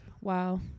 wow